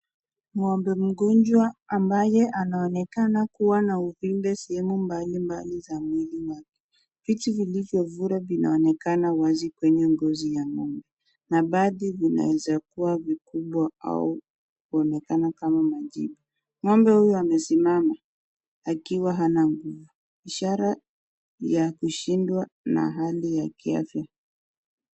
Ng'ombe mgonjwa ambaye anaonekana kuwa na uvimbe sehemu mbalimbali za mwili wake. Vitu vilivyofura vinaonekana wazi kwenye ngozi ya ng'ombe na baadhi vinaweza kuwa vikubwa au kuonekana kama majivu, ng'ombe huyu amesimama akiwa hana nguvu, ishara ya kushindwa na hali ya kiafya.